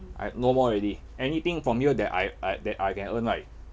I no more already anything from here that I I that I can earn right